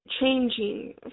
changing